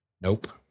Nope